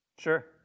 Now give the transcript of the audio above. Sure